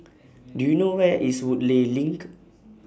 Do YOU know Where IS Woodleigh LINK